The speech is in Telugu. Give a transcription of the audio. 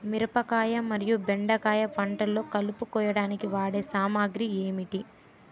మిరపకాయ మరియు బెండకాయ పంటలో కలుపు కోయడానికి వాడే సామాగ్రి ఏమిటి?